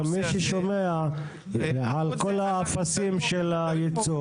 מי ששומע על כל האפסים של הייצוג,